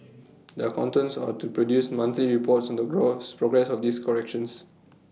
the accountants are to produce monthly reports on the gross progress of these corrections